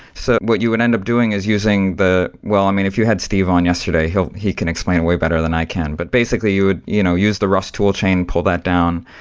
so what you would and end up doing is using the well, i mean, if you had steve on yesterday, he he can explain way better than i can. but basically you would you know use the rust toolchain, pull that down,